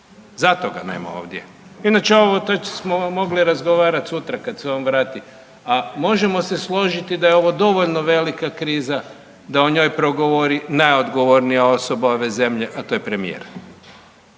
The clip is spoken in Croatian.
Zato ga nema ovdje. Inače ovo, to smo razgovarati sutra kad se on vrati, a možemo se složiti da je ovo dovoljno velika kriza da o njoj progovori najodgovornija osoba ove zemlje, a to je premijer.